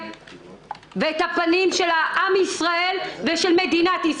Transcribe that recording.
ואת הפנים של עם ישראל ושל מדינת ישראל.